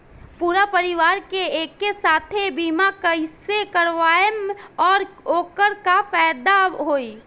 पूरा परिवार के एके साथे बीमा कईसे करवाएम और ओकर का फायदा होई?